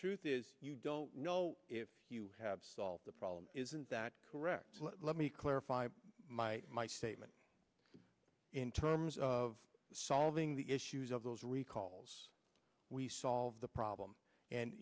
truth is you don't know if you have solved the problem isn't that correct let me clarify my my statement in terms of solving the issues of those recalls we solve the problem and